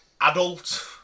adult